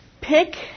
pick